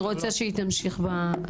אני רוצה שהיא תמשיך בהצגה.